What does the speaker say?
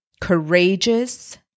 courageous